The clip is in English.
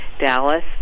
Dallas